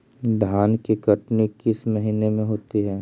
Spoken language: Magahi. धान की कटनी किस महीने में होती है?